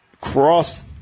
Cross